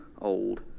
old